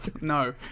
No